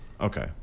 okay